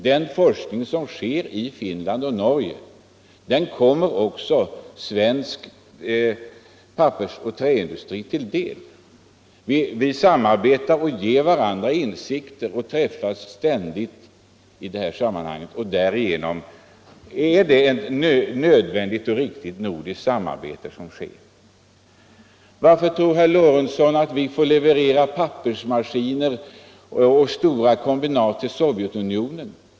Den forskning som sker i Finland och Norge kommer även svensk pappersoch träindustri till del. Vi samarbetar, ger varandra insikter och träffas ständigt. Därigenom sker ett nödvändigt och viktigt nordiskt samarbete. Varför tror herr Lorentzon att vi får leverera pappersmaskiner och stora kombinat till Sovjetunionen?